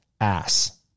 ass